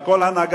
על כל הנהגתה,